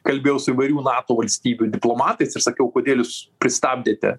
kalbėjau su įvairių nato valstybių diplomatais ir sakiau kodėl jūs pristabdėte